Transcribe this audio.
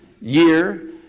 year